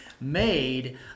made